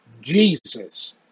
Jesus